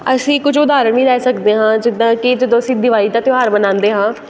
ਅਸੀਂ ਕੁਝ ਉਦਾਹਰਣ ਵੀ ਲੈ ਸਕਦੇ ਹਾਂ ਜਿੱਦਾਂ ਕਿ ਜਦੋਂ ਅਸੀਂ ਦਿਵਾਲੀ ਦਾ ਤਿਉਹਾਰ ਮਨਾਉਂਦੇ ਹਾਂ